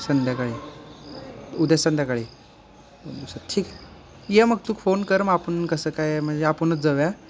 संध्याकाळी उद्या संध्याकाळी ठीक आहे ये मग तू फोन कर मग आपण कसं काय म्हणजे आपणच जाऊया